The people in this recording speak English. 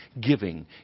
giving